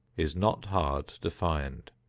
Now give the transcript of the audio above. is not hard to find.